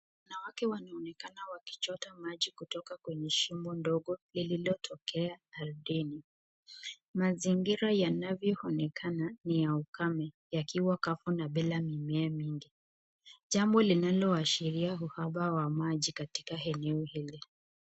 Wanawake wanaonekana wakichota maji kutoka kwenye shimo ndogo lililotokea ardhini. Mazingira yanavyoonekana ni ya ukame yakiwa kavu na bila mimea mingi. Jambo linaloashiria uhaba wa maji katika eneo hili.